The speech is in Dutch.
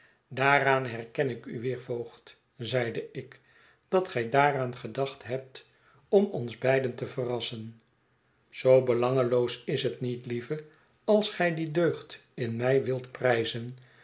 daaraan herken ik u weer voogd zeide ik dat gij daaraan gedacht hebt om ons heiden te verrassen zoo belangeloos is het niet lieve als gij die deugd in mij wilt prijzen